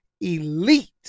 elite